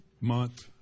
month